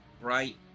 Right